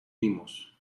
vimos